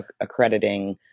accrediting